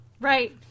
Right